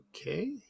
Okay